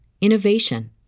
innovation